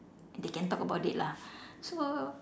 they can talk about it lah so